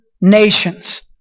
nations